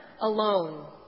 alone